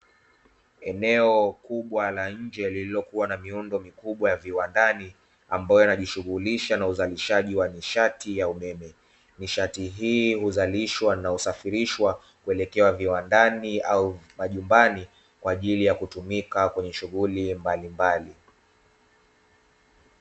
Eneo kubwa la nje lililokuwa na miundo mikubwa ya viwandani, ambayo inajishughulisha na uzalishaji wa nishati ya umeme. Nishati hii huzalishwa na husafirishwa kuelekea viwandani au majumbani, kwa ajili ya kutumika kwenye shughuli mbalimbali.